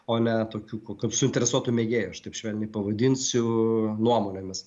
o ne tokių kaip suinteresuotų mėgėjų aš taip švelniai pavadinsiu nuomonėmis